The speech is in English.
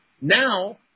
Now